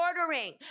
ordering